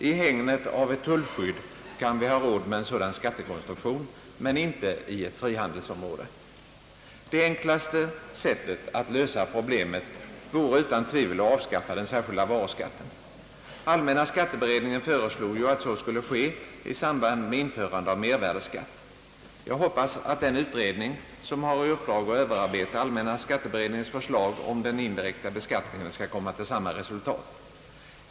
I hägnet av ett tullskydd kan vi ha råd med en sådan skattekonstruktion men inte i ett frihandelsområde. Det enklaste sättet att lösa problemet är utan tvivel att avskaffa den särskilda varuskatten. Allmänna skatteberedningen föreslog att så skulle ske i samband med införandet av mervärdeskatt. Jag hoppas att den utredning som har i uppdrag att överarbeta allmänna skatteberedningens förslag om den indirekta beskattningen skall komma till samma resultat.